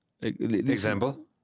Example